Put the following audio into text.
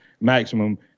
Maximum